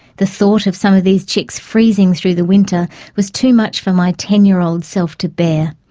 the thought of some of these chicks freezing through the winter was too much for my ten-year-old self to bear.